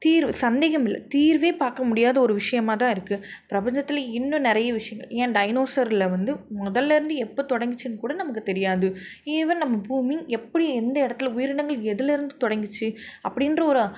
தீர்வு சந்தேகம் இல்லை தீர்வே பார்க்க முடியாத ஒரு விஷயமா தான் இருக்குது பிரபஞ்சத்தில் இன்னும் நிறைய விஷயங்கள் ஏன் டைனோசர்ல வந்து முதல்ல இருந்து எப்போ தொடங்குச்சினு கூட நமக்கு தெரியாது ஈவன் நம்ம பூமி எப்படி எந்த இடத்துல உயிரினங்கள் எதுலிருந்து தொடங்குச்சு அப்படின்ற ஒரு